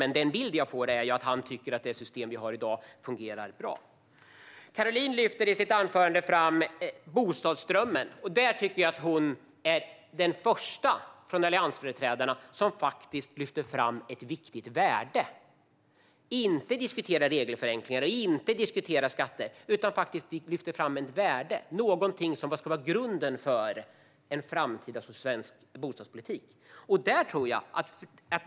Men den bild jag får är att han tycker att det system vi har i dag fungerar bra. Caroline lyfter i sitt anförande fram bostadsdrömmen. Hon är den första av alliansföreträdarna som lyfter fram ett viktigt värde och inte diskuterar regelförenklingar eller skatter. Det är någonting som ska vara grunden för en framtida svensk bostadspolitik.